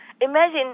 Imagine